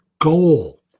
goal